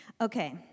Okay